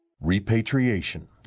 Repatriation